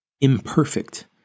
imperfect